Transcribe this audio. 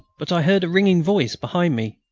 but i heard a ringing voice behind me,